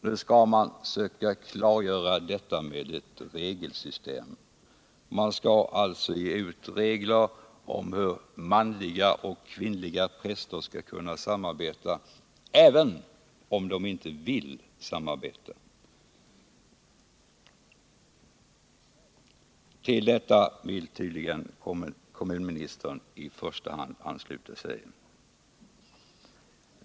Nu skall man klargöra detta med eu regelsystem. Man skall alltså ge ut regler om hur manliga och kvinnliga präster skall kunna samarbeta, även om de inte vill samarbeta. Till detta vill tydligen kommunministern i första hand ansluta sig.